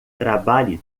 trabalhe